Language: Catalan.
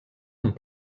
amb